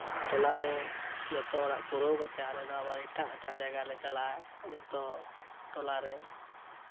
ᱴᱚᱞᱟ ᱨᱮ ᱡᱚᱛᱚ ᱚᱲᱟᱜ ᱯᱩᱨᱟᱹᱜ ᱠᱟᱛᱮᱫ ᱟᱞᱮ ᱫᱚ ᱟᱵᱟᱨ ᱮᱴᱟᱜ ᱡᱟᱭᱜᱟ ᱞᱮ ᱪᱟᱞᱟᱜᱼᱟ ᱡᱚᱛᱚ ᱴᱚᱞᱟᱨᱮ